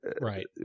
Right